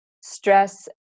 stress